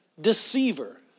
deceiver